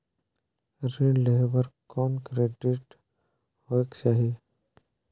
ऋण लेहे बर कौन क्रेडिट होयक चाही?